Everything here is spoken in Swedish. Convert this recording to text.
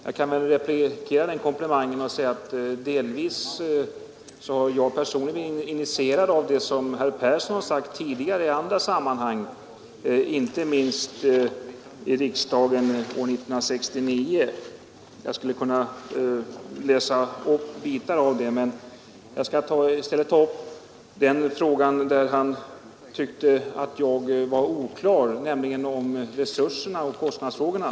Jag vill returnera den komplimangen genom att säga att jag personligen delvis har inspirerats av det som herr Persson sagt tidigare i andra sammanhang, inte minst i riksdagen 1969. Jag skulle kunna läsa upp avsnitt av det. Jag skall emellertid i stället ta upp den fråga där han tyckte att jag var oklar, nämligen beträffande resurserna och kostnaderna.